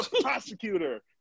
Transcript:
prosecutor